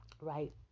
right